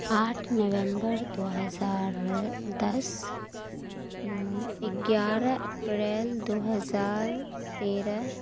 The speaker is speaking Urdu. آٹھ نومبر دو ہزار دس گیارہ اپریل دو ہزار تیرہ